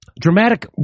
dramatic